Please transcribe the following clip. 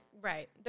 Right